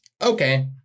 Okay